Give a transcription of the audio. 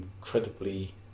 incredibly